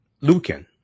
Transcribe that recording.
Lucan